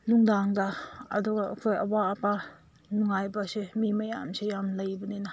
ꯅꯨꯡꯗꯥꯡꯗ ꯑꯗꯨꯒ ꯑꯩꯈꯣꯏ ꯑꯋꯥꯠ ꯑꯄꯥ ꯅꯨꯡꯉꯥꯏꯕ ꯑꯁꯦ ꯃꯤ ꯃꯌꯥꯝꯁꯦ ꯌꯥꯝ ꯂꯩꯕꯅꯤꯅ